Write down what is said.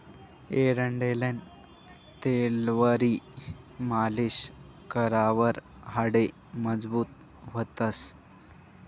एरंडेलनं तेलवरी मालीश करावर हाडे मजबूत व्हतंस